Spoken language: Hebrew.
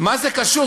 מה זה קשור?